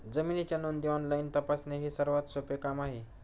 जमिनीच्या नोंदी ऑनलाईन तपासणे हे सर्वात सोपे काम आहे